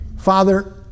Father